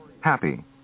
happy